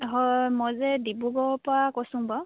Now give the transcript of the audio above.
হয় মই যে ডিব্ৰুগড়ৰ পৰা কৈছোঁ বাৰু